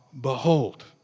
behold